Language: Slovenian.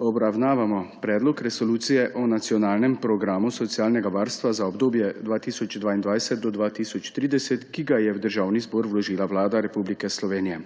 Obravnavamo Predlog resolucije o nacionalnem programu socialnega varstva za obdobje 2022−2030, ki ga je v Državni zbor vložila Vlada Republike Slovenije.